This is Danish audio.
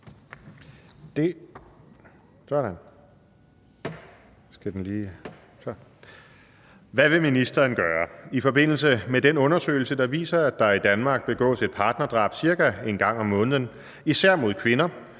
Hvad vil ministeren gøre i forbindelse med den undersøgelse, der viser, at der i Danmark begås et partnerdrab cirka en gang om måneden, især mod kvinder,